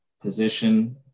position